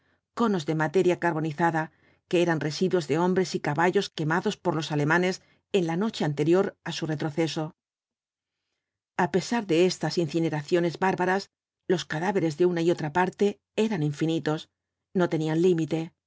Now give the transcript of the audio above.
conos de materia carbonizada que eran residuos de hombres y caballos quemados por los alemanes en la noche anterior á su retroceso a pesar de estas incineraciones bárbaras los cadáveres de una y otra parte eran infinitos no tenían límite